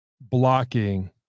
blocking